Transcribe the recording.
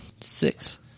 six